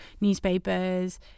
newspapers